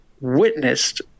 witnessed